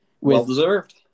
Well-deserved